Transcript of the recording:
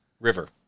River